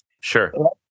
Sure